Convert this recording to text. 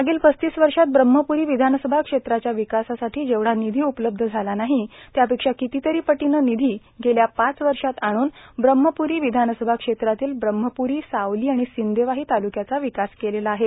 मागील पसतीस वर्षात ब्रम्हपूरी विधानसभा क्षेत्राच्या विकासासाठी जेवढा निधी उपलब्ध झाला नाही त्यापेक्षा कितीतरी पटीनं निधी गेल्या पाच वर्षात आणून ब्रम्हप्री विधानसभा क्षेत्रातील ब्रम्हप्री सावली आणि सिंदेवाही ताल्क्याचा विकास केलेला आहे